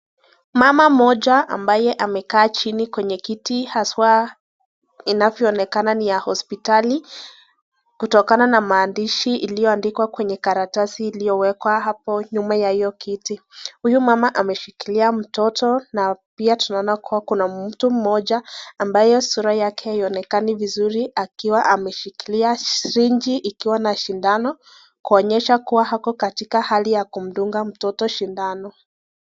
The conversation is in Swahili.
Mama moja ambaye amekaa chini kwenye kiti haswa inavyoonekana ni ya hospitali, kutokana na mandishi iliyoadikwa kwenye karatasi iliyowekwa hapo nyuma ya hiyo kiti. Huyu mama ameshikilia mtoto na pia tunaona kuwa kuna mtu moja ambaye sura yake haionekani vizuri akiwa ameshikilia sirenji ikiwa na sindano kuonyesha kuwa ako katika hali ya kumdunga mtoto shindano.